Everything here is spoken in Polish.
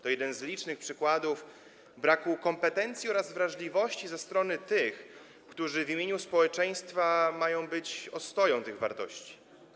To jeden z licznych przykładów braku kompetencji oraz wrażliwości ze strony tych, którzy w imieniu społeczeństwa mają być ostoją tych wartości.